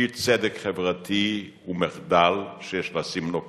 אי-צדק חברתי הוא מחדל שיש לשים לו קץ.